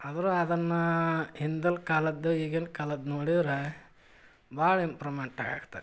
ಆದರೂ ಅದನ್ನು ಹಿಂದಿನ್ ಕಾಲದ್ದು ಈಗಿನ ಕಾಲದ್ದು ನೋಡಿದ್ರೆ ಭಾಳ ಇಂಪ್ರೂವ್ಮೆಂಟ್ ಆಗಕತ್ತೈತಿ